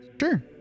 Sure